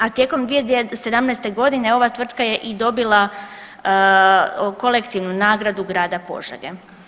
A tijekom 2017. godine ova tvrtka je i dobila kolektivnu nagradu grada Požege.